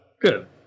Good